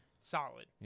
solid